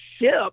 ship